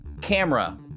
camera